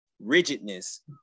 rigidness